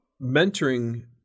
mentoring